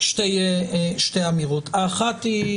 בשתי אמירות: האחת,